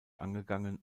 angegangen